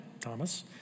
Thomas